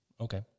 Okay